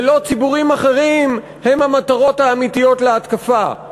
ולא ציבורים אחרים הם המטרות העיקריות להתקפה.